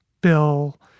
bill